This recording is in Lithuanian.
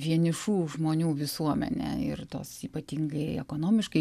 vienišų žmonių visuomenė ir tos ypatingai ekonomiškai